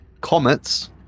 Comets